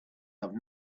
have